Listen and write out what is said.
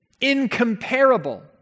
Incomparable